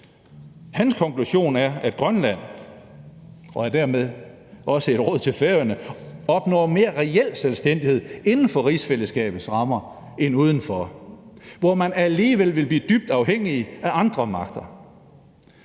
et råd til Færøerne – opnår mere reel selvstændighed inden for rigsfællesskabets rammer end uden for, hvor man alligevel ville blive dybt afhængige af andre magter.